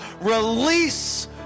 Release